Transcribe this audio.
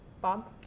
Bob